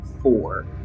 four